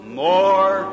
more